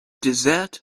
dessert